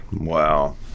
Wow